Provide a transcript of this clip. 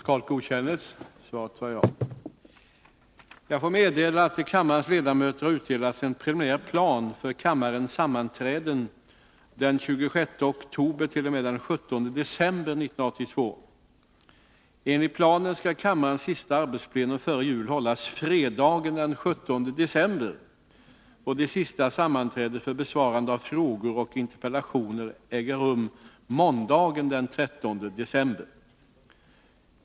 Till kammarens ledamöter har utdelats en preliminär plan för kammarens sammanträden den 26 oktober-den 17 december 1982. Enligt planen skall kammarens sista arbetsplenum före jul hållas fredagen den 17 december och det sista sammanträdet för besvarande av frågor och interpellationer äga rum måndagen den 13 december.